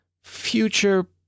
future